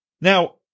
Now